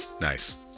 nice